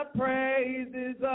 praises